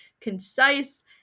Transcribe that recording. concise